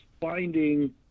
finding